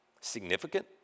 significant